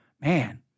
man